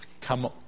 come